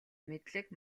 мэдлэг